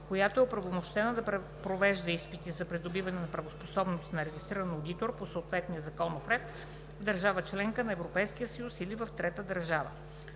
която е оправомощена да провежда изпити за придобиване на правоспособност на регистриран одитор по съответния законов ред в държава – членка на Европейския съюз, или в трета държава.